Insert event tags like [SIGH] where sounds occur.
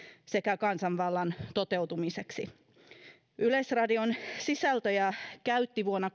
sekä kansanvallan toteutumiseksi yleisradion sisältöjä käytti vuonna [UNINTELLIGIBLE]